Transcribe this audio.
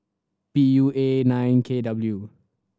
P U A nine K W